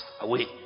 away